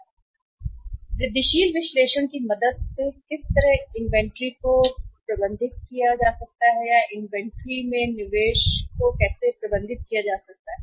किस तरह वृद्धिशील विश्लेषण की मदद से इन्वेंट्री को प्रबंधित या निवेश किया जा सकता है इन्वेंट्री का प्रबंधन किया जा सकता है